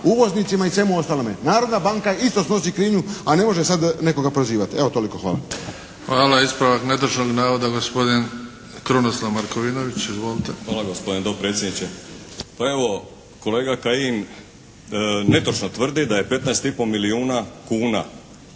uvoznicima i svemu ostalome. Narodna banka isto snosi krivnju, a ne može sada nekoga prozivati. Evo toliko. Hvala. **Bebić, Luka (HDZ)** Hvala. Ispravak netočnog navoda, gospodin Krunoslav Markovinović. Izvolite. **Markovinović, Krunoslav (HDZ)** Hvala gospodine dopredsjedniče. Pa evo kolega Kajin netočno tvrdi da je 15,5 milijuna kuna